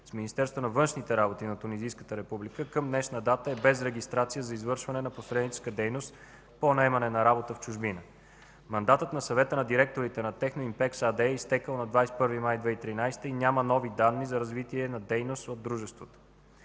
с Министерството на външните работи на Тунизийската република, към днешна дата е без регистрация за извършване на посредническа дейност по наемане на работа в чужбина. Мандатът на Съвета на директорите на „Техноимпекс” АД е изтекъл на 21 май 2013 г. и няма нови данни за развитие на дейност от дружеството.